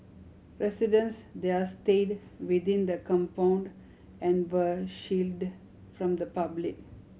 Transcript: residents there stayed within the compound and were shielded from the public